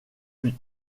plus